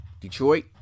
Detroit